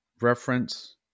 reference